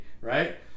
Right